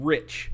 Rich